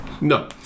No